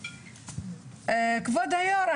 כבוד היו"ר,